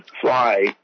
fly